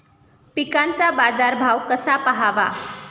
पिकांचा बाजार भाव कसा पहावा?